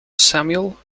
samuel